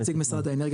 גם לנציג משרד האנרגיה